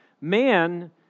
man